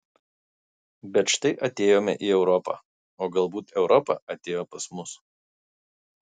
bet štai atėjome į europą o galbūt europa atėjo pas mus